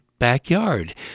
backyard